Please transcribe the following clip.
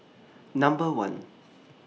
Number one